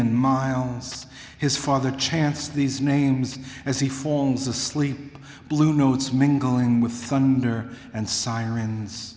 and miles his father chants these names as he falls asleep blue notes mingling with thunder and sirens